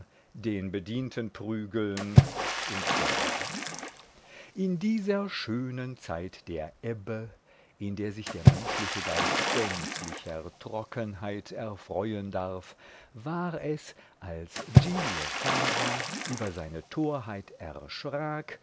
den bedienten prügeln u s w in dieser schönen zeit der ebbe in der sich der menschliche geist gänzlicher trockenheit erfreuen darf war es als giglio fava über seine torheit erschrak